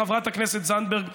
חברת הכנסת זנדברג,